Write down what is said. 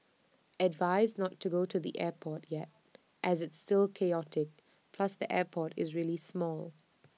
advised not to go to the airport yet as it's still chaotic plus the airport is really small